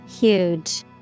Huge